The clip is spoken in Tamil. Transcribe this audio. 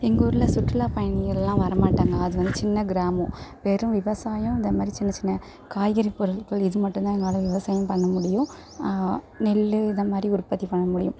எங்க ஊர்ல சுற்றுலா பயணிகள்லாம் வர மாட்டாங்க அது வந்து சின்ன கிராமோம் வெறும் விவசாயம் இந்த மாரி சின்னச் சின்ன காய்கறி பொருட்கள் இது மட்டுந்தான் எங்களால் விவசாயம் பண்ண முடியும் நெல் இதை மாதிரி உற்பத்தி பண்ண முடியும்